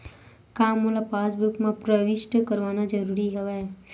का मोला पासबुक म प्रविष्ट करवाना ज़रूरी हवय?